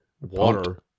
Water